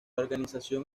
organización